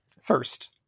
First